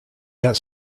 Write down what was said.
got